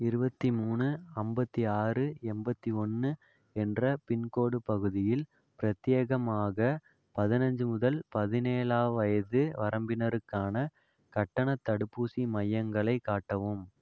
இருபத்தி மூணு அம்பத்தி ஆறு எண்பத்தி ஒன்று என்ற பின்கோடு பகுதியில் பிரத்யேகமாக பதினஞ்சு முதல் பதினேழாம் வயது வரம்பினருக்கான கட்டண தடுப்பூசி மையங்களை காட்டவும்